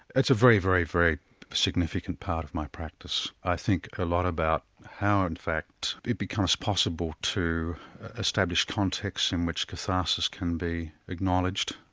it's a very, very very significant part of my practice. i think a lot about how in fact it becomes possible to establish contexts in which catharsis can be acknowledged.